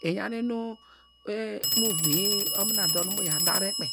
Inyan inu, me venye, onuria yor dor mu va darekpeyi